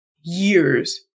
years